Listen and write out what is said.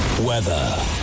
weather